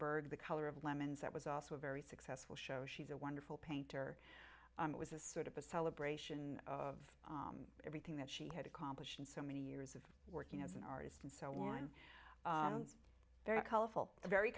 bird the color of lemons that was also a very successful show she's a wonderful painter it was a sort of a celebration of everything that she had accomplished in so many years of working as an artist and so on it's very colorful very